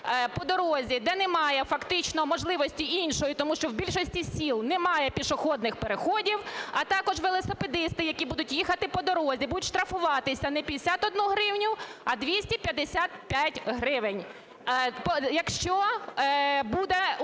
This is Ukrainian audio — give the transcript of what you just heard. по дорозі, де немає фактично можливості іншої, тому що в більшості сіл немає пішохідних переходів, а також велосипедисти, які будуть їхати по дорозі, будуть штрафуватися не 51 гривень, а 255 гривень, якщо буде